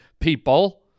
people